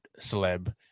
celeb